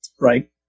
Right